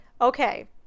Okay